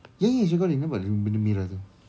ya ya ya it's recording nampak ben~ benda merah tu